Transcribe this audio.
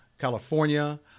California